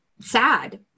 sad